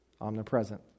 omnipresent